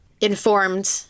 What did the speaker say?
informed